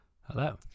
Hello